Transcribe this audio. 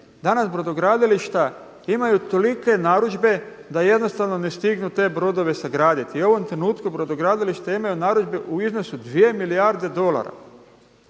Danas brodogradilišta imaju tolike narudžbe da jednostavno ne stignu te brodove sagraditi. I u ovom trenutku brodogradilišta imaju narudžbe u iznosu 2 milijarde dolara.